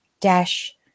dash